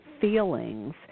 feelings